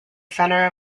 center